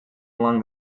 along